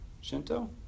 Shinto